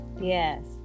yes